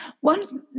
one